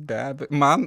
be abe man